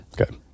okay